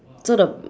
so the